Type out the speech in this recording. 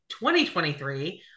2023